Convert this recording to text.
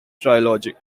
trilogy